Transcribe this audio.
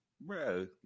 bro